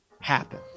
happen